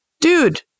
Dude